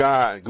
God